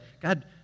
God